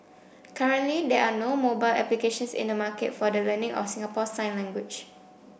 currently there are no mobile applications in the market for the learning of Singapore sign language